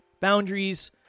boundaries